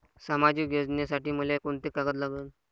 सामाजिक योजनेसाठी मले कोंते कागद लागन?